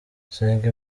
senga